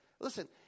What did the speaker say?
listen